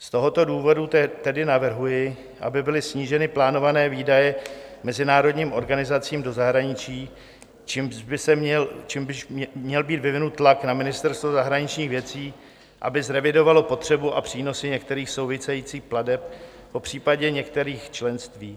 Z tohoto důvodu tedy navrhuji, aby byly sníženy plánované výdaje mezinárodním organizacím do zahraničí, čímž by měl být vyvinut tlak na Ministerstvo zahraničních věcí, aby zrevidovalo potřebu a přínosy některých souvisejících plateb, popřípadě některých členství.